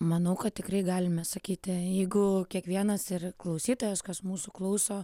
manau kad tikrai galime sakyti jeigu kiekvienas ir klausytojas kas mūsų klauso